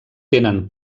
tenen